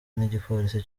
n’igipolisi